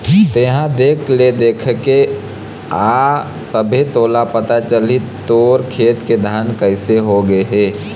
तेंहा देख ले देखके आ तभे तोला पता चलही तोर खेत के धान कइसे हो गे हे